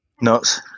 Nuts